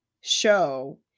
show